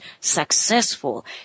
successful